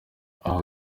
aho